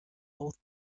both